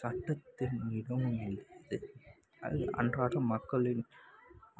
சட்டத்தில் மிகவும் எளியது அது அன்றாடம் மக்களின்